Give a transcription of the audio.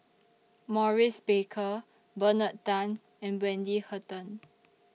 Maurice Baker Bernard Tan and Wendy Hutton